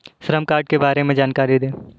श्रम कार्ड के बारे में जानकारी दें?